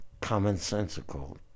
commonsensical